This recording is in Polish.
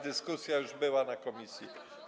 Dyskusja już była w komisji.